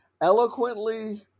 Eloquently